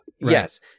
Yes